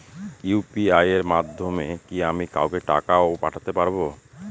UPI এর মাধ্যমে কি আমি কাউকে টাকা ও পাঠাতে পারবো?